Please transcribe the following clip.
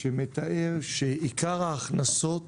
שמתאר שעיקר ההכנסות